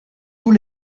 tous